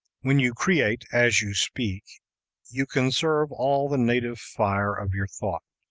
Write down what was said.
when you create as you speak you conserve all the native fire of your thought.